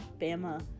Bama